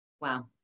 Wow